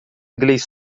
inglês